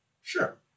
sure